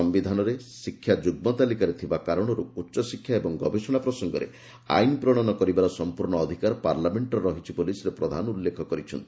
ସିିଧାନରେ ଶିକ୍ଷା ଯୁଗ୍ର ତାଲିକାରେ ଥିବା କାରଣରୁ ଉଚ୍ଚଶିକ୍ଷା ଓ ଗବେଷଣା ପ୍ରସଙ୍ଗରେ ଆଇନ୍ ପ୍ରଣୟନ କରିବାର ସମ୍ପୂର୍ଣ୍ଣ ଅଧିକାର ପାର୍ଲାମେଣ୍ଟର ରହିଛି ବୋଲି ଶ୍ରୀ ପ୍ରଧାନ ଉଲ୍ଲେଖ କରିଛନ୍ତି